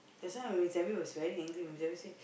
that's why when he tell me he was very angry say